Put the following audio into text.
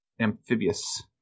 amphibious